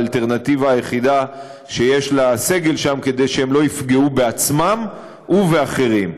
האלטרנטיבה היחידה שיש לסגל שם כדי שהם לא יפגעו בעצמם ובאחרים.